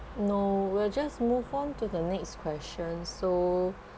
no we'll just move on to the next question so